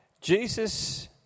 jesus